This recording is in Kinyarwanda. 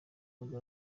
nibwo